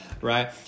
right